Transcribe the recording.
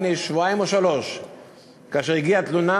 לפני שבועיים או שלושה שבועות כאשר הגיעה התלונה,